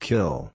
Kill